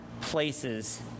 places